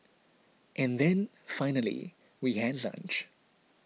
and then finally we had lunch